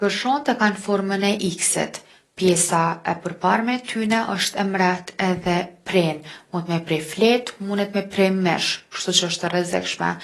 Gërshont e kan formën e X-it. Pjesa e përparme osht e mreht edhe pren, munet me pre fletë, munet me pre mish. Kshtuqe osht e rrezikshme.